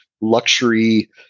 luxury